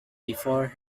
before